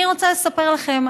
אני רוצה לספר לכם,